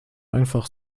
einfach